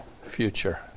future